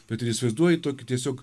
bet ir įsivaizduoji tokį tiesiog